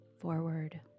forward